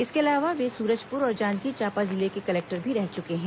इसके अलावा वे सुरजपुर और जांजगीर चांपा जिले के कलेक्टर भी रह चुके हैं